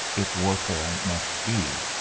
if warfare must be.